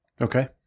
okay